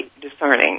discerning